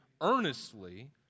earnestly